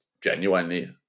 genuinely